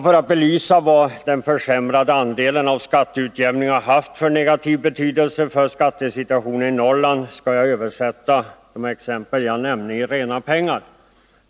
För att belysa vilken negativ betydelse den försämrade andelen av skatteutjämningen har haft för skattesituationen i Norrland skall jag översätta de exempel jag nämnde i reda pengar.